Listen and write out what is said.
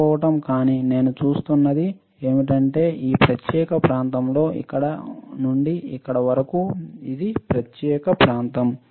పడిపోవటం కానీ నేను చూస్తున్నది ఏమిటంటే ఈ ప్రత్యేక ప్రాంతంలో ఇక్కడ నుండిఇక్కడ వరకు ఇది ప్రత్యేక ప్రాంతం